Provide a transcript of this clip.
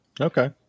Okay